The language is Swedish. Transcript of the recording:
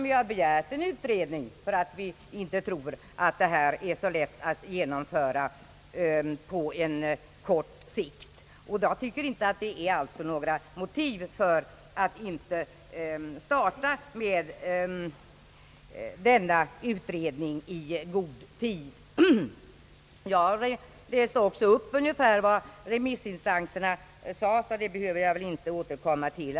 Vi har begärt en utredning därför att vi inte tror att det är så lätt att genomföra detta på kort sikt. Jag läste upp ungefär vad remissinstanserna sade, så det behöver jag väl inte återkomma till.